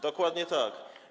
Dokładnie tak.